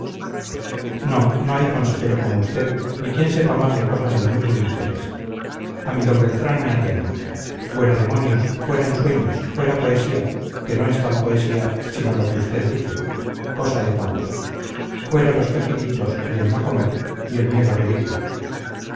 no no hay consejero como usted ni quien sepa más de cosas de mundo y mujeres a mi d beltrán me atengo fuera demonios fuera ensueños fuera poesía que no es tal poesía sino lo que usted dice cosa de pavos fuera los quejiditos y el no comer y el miedo ridículo